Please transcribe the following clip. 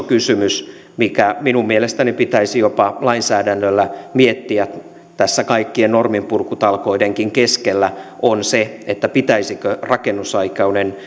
kysymys mikä minun mielestäni pitäisi jopa lainsäädännöllä miettiä tässä kaikkien norminpurkutalkoidenkin keskellä on se että pitäisikö rakennusaikainen